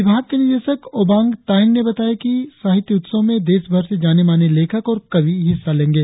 विभाग के निदेशक ओबांग तायेंग ने बताया है कि साहित्य उत्सव में देशभर से जाने माने लेखक और कवि हिस्सा लेंगे